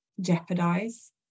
jeopardize